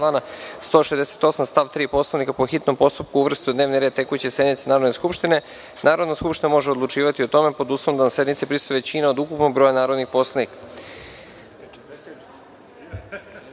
168. stav 3. Poslovnika, po hitnom postupku uvrste u dnevni red tekuće sednice Narodne skupštine, Narodna skupština o tome može odlučivati pod uslovom da sednici prisustvuje većina od ukupnog broja narodnih poslanika.U